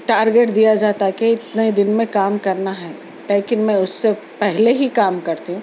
target دیا جاتا ہے کہ اتنے دِن میں کام کرنا ہے لیکن میں اُس سے پہلے ہی کام کرتی ہوں